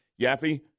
Yaffe